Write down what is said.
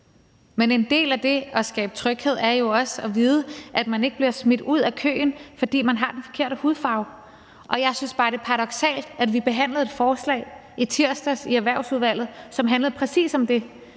Men en del af det at skabe tryghed er jo også at vide, at man ikke bliver smidt ud af køen, fordi man har den forkerte hudfarve. Og jeg synes bare, det er paradoksalt, at vi behandlede et forslag i tirsdags i Erhvervsudvalget, som handlede præcis om det,